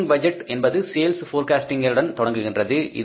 operating budget என்பது sales போர்காஸ்டிங்குடன் தொடங்குகின்றது